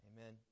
amen